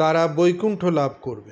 তারা বৈকুণ্ঠ লাভ করবে